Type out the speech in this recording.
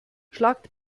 schlagt